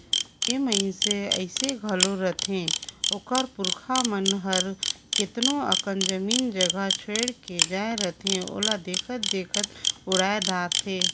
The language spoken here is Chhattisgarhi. ए मइनसे अइसे घलो रहथें ओकर पुरखा मन हर केतनो अकन जमीन जगहा छोंएड़ के जाए रहथें ओला देखत देखत उड़ाए धारथें